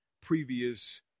previous